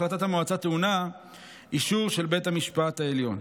החלטת המועצה טעונה אישור של בית המשפט העליון.